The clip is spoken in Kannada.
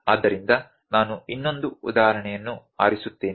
ಆದ್ದರಿಂದ ನಾನು ಇನ್ನೊಂದು ಉದಾಹರಣೆಯನ್ನು ಆರಿಸುತ್ತೇನೆ